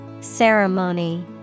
Ceremony